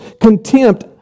contempt